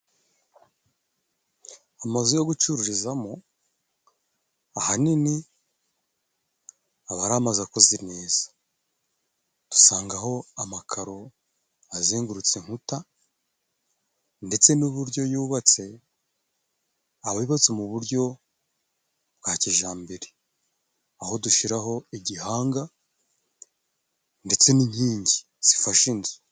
Amazu yo gucururizamo ahanini aba ari amazu akoze neza, dusangaho amakaro azengurutse inkuta, ndetse n'uburyo yubatse aba yubatse mu buryo bwa kijambere, aho dushyiraho igihanga ndetse n'inkingi zifashe inzu.